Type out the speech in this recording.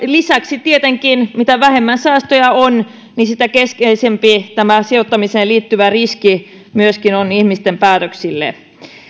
lisäksi tietenkin mitä vähemmän säästöjä on sitä keskeisempi sijoittamiseen liittyvä riski myöskin on ihmisten päätöksille